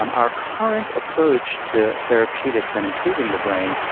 um our current approach to therapeutics and improving the brain,